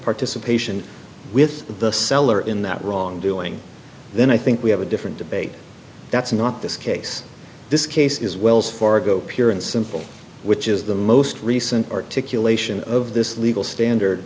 participation with the seller in that wrongdoing then i think we have a different debate that's not this case this case is wells fargo pure and simple which is the most recent articulation of this legal standard